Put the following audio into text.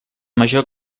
major